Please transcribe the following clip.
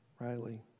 Riley